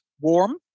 warm